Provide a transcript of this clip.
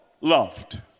loved